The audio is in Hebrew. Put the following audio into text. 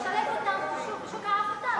על-ידי לשלב אותם בשוק העבודה,